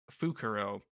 Fukuro